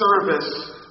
service